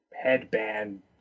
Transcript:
headband